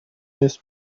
نیست